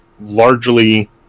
largely